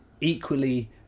equally